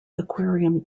aquarium